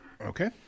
Okay